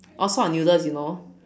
all sort of noodles you know